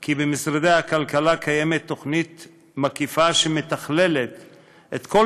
כי במשרד הכלכלה קיימת תוכנית מקיפה שמתכללת את כל